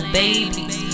babies